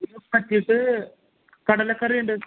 ലൂസാക്കിയിട്ട് കടലക്കറിയുണ്ട്